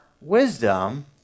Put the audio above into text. wisdom